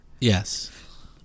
Yes